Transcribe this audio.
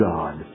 God